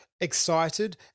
excited